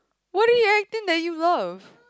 what did he act in that you love